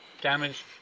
damage